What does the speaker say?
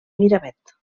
miravet